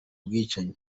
bwicanyi